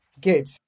Good